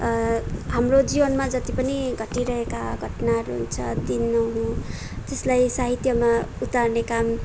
हाम्रो जीवनमा जति पनि घटिरहेका घटनाहरू हुन्छ दिनहुँ जसलाई साहित्यमा उतार्ने काम